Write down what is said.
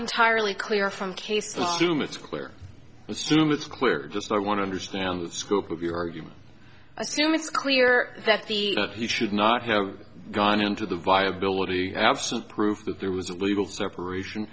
entirely clear from case zoom it's clear assume it's clear just i want to understand the scope of your argument i assume it's clear that the he should not have gone into the viability absolute proof that there was a legal separation